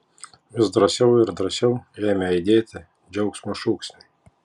vis drąsiau ir drąsiau ėmė aidėti džiaugsmo šūksniai